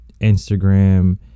Instagram